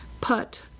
Put